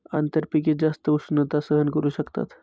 आंतरपिके जास्त उष्णता सहन करू शकतात